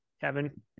Kevin